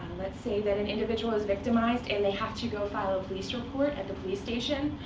let's say that an individual is victimized, and they have to go file a police report at the police station,